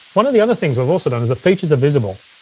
one of the other things we've also done is the features are visible.